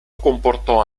comportò